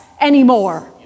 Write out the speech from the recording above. anymore